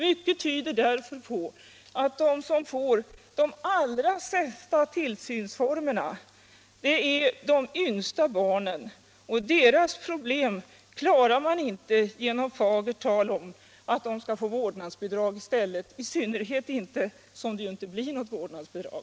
Mycket tyder därför på att de som får de allra sämsta tillsynsformerna är de yngsta barnen. Och deras problem klarar man inte med fagert tal om att de skall få vårdnadsbidrag i stället — i synnerhet som det ju inte blir något vårdnadsbidrag.